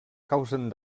causen